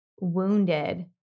wounded